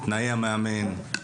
תנאי המאמן,